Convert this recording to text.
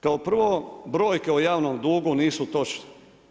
Kao prvo brojke o javnom dugu nisu točne.